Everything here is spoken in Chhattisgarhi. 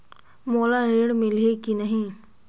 मोला ऋण मिलही की नहीं?